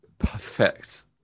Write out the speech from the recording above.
perfect